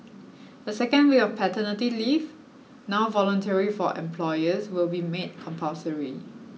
a second week of paternity leave now voluntary for employers will be made compulsory